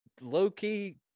low-key